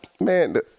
man –